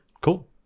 Cool